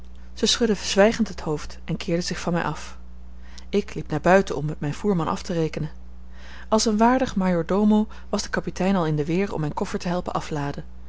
zij schudde zwijgend het hoofd en keerde zich van mij af ik liep naar buiten om met mijn voerman af te rekenen als een waardige majordomo was de kapitein al in de weer om mijn koffer te helpen afladen